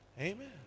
Amen